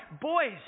boy's